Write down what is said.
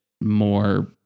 more